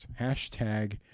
Hashtag